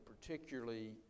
particularly